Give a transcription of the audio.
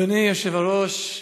אדוני היושב-ראש,